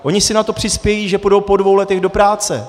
Oni si na to přispějí, že půjdou po dvou letech do práce.